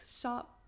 shop